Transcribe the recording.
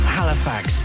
Halifax